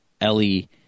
Ellie